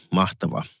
mahtava